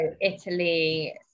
italy